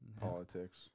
politics